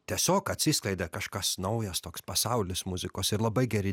tiesiog atsiskleidė kažkas naujas toks pasaulis muzikos ir labai geri